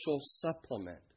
supplement